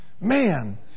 Man